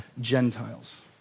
Gentiles